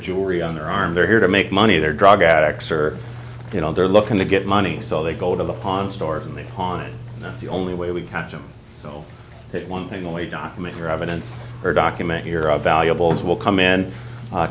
jewelry on their arm they're here to make money they're drug addicts or you know they're looking to get money so they go to the pond store and they haunt that's the only way we catch them so that one thing only documentary evidence or document here are valuables will come in